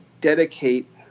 dedicate